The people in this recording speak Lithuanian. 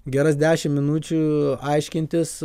geras dešimt minučių aiškintis